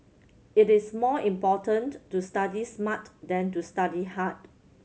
it is more important to study smart than to study hard